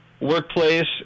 workplace